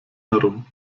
herum